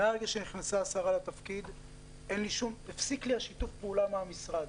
מרגע שנכנסה השרה לתפקיד הפסיק שיתוף הפעולה עם המשרד.